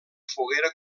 foguera